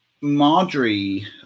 Marjorie